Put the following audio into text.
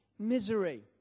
misery